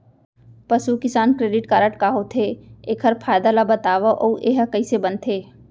पसु किसान credit card का होथे, एखर फायदा ला बतावव अऊ एहा कइसे बनथे?